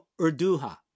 Urduha